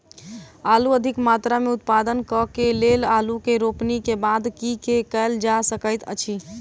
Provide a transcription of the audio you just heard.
आलु अधिक मात्रा मे उत्पादन करऽ केँ लेल आलु केँ रोपनी केँ बाद की केँ कैल जाय सकैत अछि?